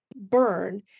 burn